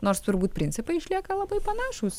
nors turbūt principai išlieka labai panašūs